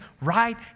right